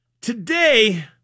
Today